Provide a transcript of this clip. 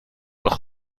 doch